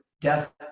death